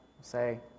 say